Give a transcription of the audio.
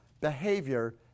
behavior